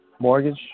mortgage